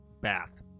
bath